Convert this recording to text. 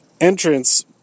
entrance